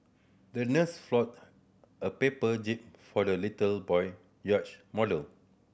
the nurse folded a paper jib for the little boy yacht model